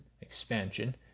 expansion